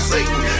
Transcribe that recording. Satan